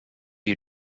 you